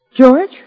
George